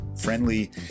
friendly